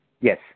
Yes